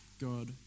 God